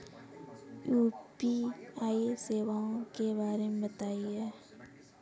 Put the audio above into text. UPI सेवाओं के बारे में बताएँ?